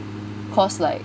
cause like